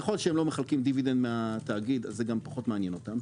ככל שהם לא מחלקים דיבידנד מהתאגיד זה גם פחות מעניין אותם.